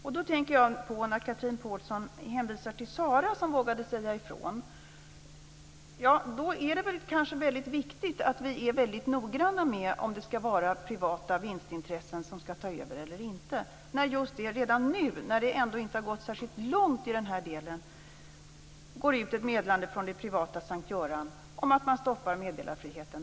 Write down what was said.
Jag tänker då på när Chatrine Pålsson hänvisade till Sara, som vågade säga ifrån. Det är kanske väldigt viktigt att vi är väldigt noggranna med om det ska vara privata vinstintressen som ska ta över eller inte. Redan nu, när det inte har gått särskilt långt i den här delen, går det ut ett meddelande från det privata St:Görans sjukhus om att man stoppar meddelarfriheten.